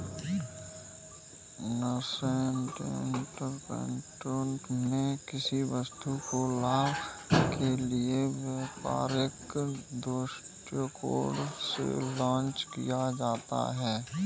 nascent entrepreneurship में किसी वस्तु को लाभ के लिए व्यापारिक दृष्टिकोण से लॉन्च किया जाता है